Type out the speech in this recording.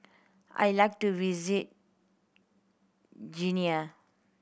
I like to visit Guinea